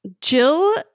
Jill